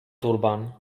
turban